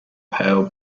pale